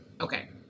Okay